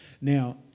Now